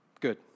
good